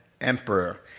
emperor